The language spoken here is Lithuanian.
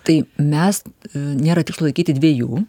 tai mes nėra tikslo laikyti dviejų